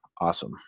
awesome